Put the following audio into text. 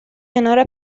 کنار